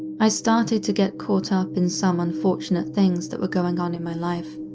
i started to get caught up in some unfortunate things that were going on in my life,